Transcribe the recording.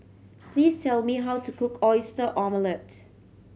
please tell me how to cook Oyster Omelette